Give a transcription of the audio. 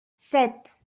sept